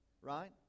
Right